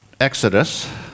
Exodus